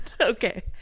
Okay